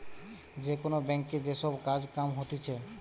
যে কোন ব্যাংকে যে সব কাজ কাম হতিছে